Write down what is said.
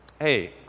hey